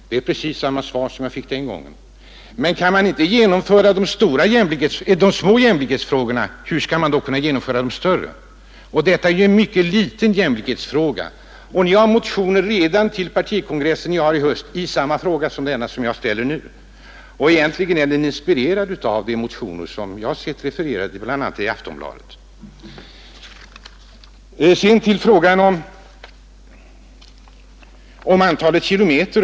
Det är precis samma svar som jag fick den gången. Men om man inte kan genomföra de små jämlikhetskraven, hur skall man då kunna genomföra de större? Och det har väckts motioner till partikongressen i höst i samma fråga som jag nu ställer. Egentligen är min fråga inspirerad av de motioner, som jag sett refererade i bl.a. Aftonbladet. Sedan till frågan om antalet personkilometer.